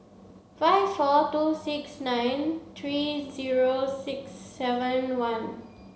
five four two six nine three zero six seven one